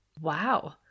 Wow